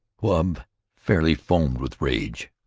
wahb fairly foamed with rage,